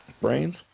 Brains